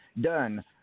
done